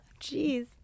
Jeez